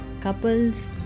couples